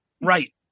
Right